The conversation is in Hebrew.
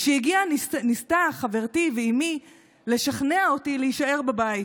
כשהגיעה, ניסו חברתי ואימי לשכנע אותי להישאר בבית